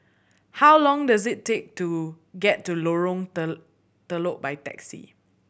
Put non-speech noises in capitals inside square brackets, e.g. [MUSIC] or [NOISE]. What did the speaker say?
how long does it take to get to Lorong [UNINTELLIGIBLE] Telok by taxi